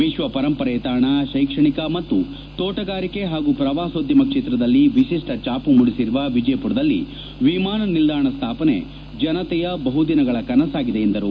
ವಿಶ್ವಪರಂಪರೆ ತಾಣ ಶೈಕ್ಷಣಿಕ ಮತ್ತು ತೋಣಗಾರಿಕೆ ಮತ್ತು ಪ್ರವಾಸೋದ್ಯಮ ಕ್ಷೇತ್ರದಲ್ಲಿ ವಿಶಿಷ್ವ ಛಾಪು ಮೂಡಿಸಿರುವ ವಿಜಯಪುರದಲ್ಲಿ ವಿಮಾನ ನಿಲ್ದಾಣದ ಸ್ಥಾಪನೆ ಜನತೆಯ ಬಹು ದಿನಗಳ ಕನಸಾಗಿದೆ ಎಂದರು